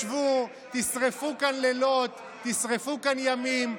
תשרפו כאן לילות, תשרפו כאן ימים.